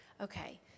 Okay